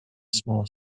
small